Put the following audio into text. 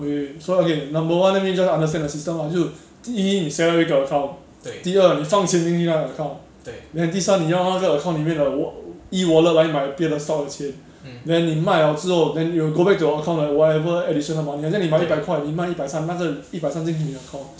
okay so okay number one need to understand the system ah 就第一你 set up 一个 account 第二你放钱进去那个 account then 第三你要那个 account 里面的 wal~ E wallet 来买别的 stock 的钱 then 你卖了之后 then you'll go back to your account like whatever additional amount 很像你买一百块你卖一百三卖着一百三进去你的 account